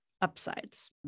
upsides